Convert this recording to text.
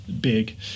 big